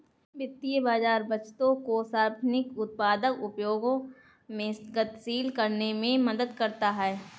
वित्तीय बाज़ार बचतों को सर्वाधिक उत्पादक उपयोगों में गतिशील करने में मदद करता है